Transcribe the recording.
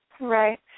Right